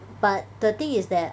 but the thing is that